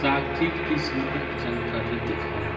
साकिर की सम्पर्क जानकारी दिखाओ